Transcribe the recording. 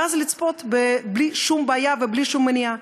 ואז לצפות בלי שום בעיה ובלי שום מניעה.